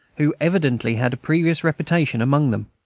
who evidently had a previous reputation among them.